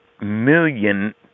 million